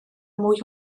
mwy